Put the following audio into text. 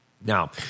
Now